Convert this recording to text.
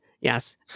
Yes